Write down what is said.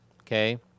Okay